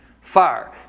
Fire